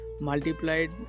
multiplied